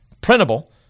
printable